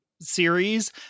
series